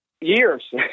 years